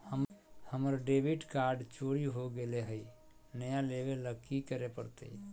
हमर debit card चोरी हो गेले हई, नया लेवे ल की करे पड़तई?